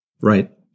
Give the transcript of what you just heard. Right